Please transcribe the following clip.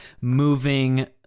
moving